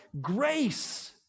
Grace